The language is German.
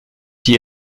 die